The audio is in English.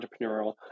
entrepreneurial